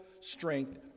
strength